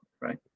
right